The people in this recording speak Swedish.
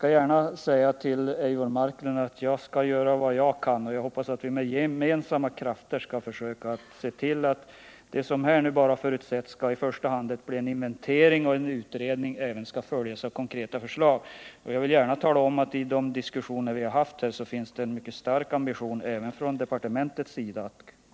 Jag försäkrar Eivor Marklund att jag skall göra vad jag kan i detta fall, och jag hoppas att vi med gemensamma krafter kan se till att det som nu i första hand skall bli en inventering och en utredning skall följas av konkreta förslag. Vid de diskussioner som vi har haft har det visat sig att ambitionen att åstadkomma någonting är mycket stark även från departementets sida.